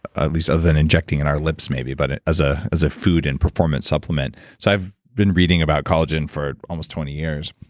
at least other than injecting in our lips maybe, but as ah as a food and performance supplement. so i've been reading about collagen for almost twenty years.